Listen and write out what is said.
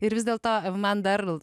ir vis dėlto man dar